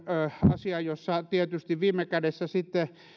asia jossa tietysti viime kädessä